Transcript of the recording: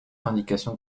indication